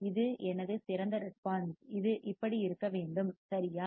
இது எனது சிறந்த ரெஸ்பான்ஸ் இது இப்படி இருக்க வேண்டும் சரியா